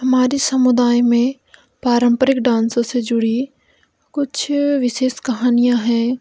हमारे समुदाय में पारंपरिक डांसों से जुड़ी कुछ विशेष कहानियाँ हैं